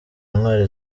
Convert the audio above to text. intwari